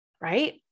Right